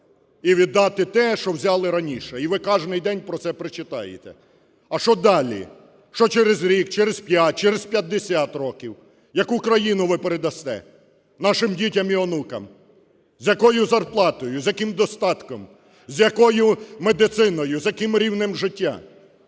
і відати те, що взяли раніше. І ви кожен день про це причитаєте. А що далі? Що через рік, через п'ять, через 50 років? Яку країну ви передасте нашим дітям і онукам? З якою зарплатою, з яким достатком, з якою медициною, з яким рівнем життя?